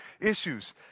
issues